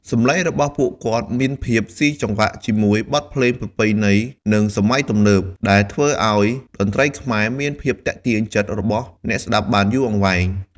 សម្លេងរបស់ពួកគាត់មានភាពសុីសង្វាក់ជាមួយ បទភ្លេងប្រពៃណី និង សម័យទំនើប ដែលធ្វើឲ្យតន្ត្រីខ្មែរ មានភាពទាក់ទាញចិត្តរបស់អ្នកស្តាប់បានយូរអង្វែង។